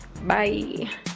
bye